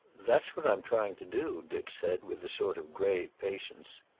that's what i'm trying to do, dick said, with a sort of grave patience.